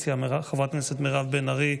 חברת הכנסת מירב בן ארי,